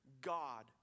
God